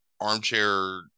armchair